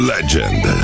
Legend